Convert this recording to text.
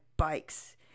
Bikes